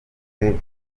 bihugu